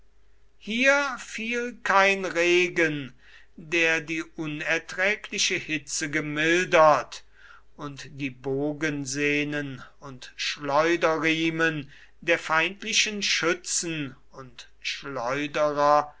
hier fiel kein regen der die unerträgliche hitze gemildert und die bogensehnen und schleuderriemen der feindlichen schützen und schleuderer